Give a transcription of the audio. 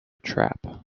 trap